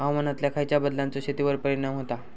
हवामानातल्या खयच्या बदलांचो शेतीवर परिणाम होता?